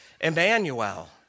Emmanuel